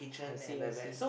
I see I see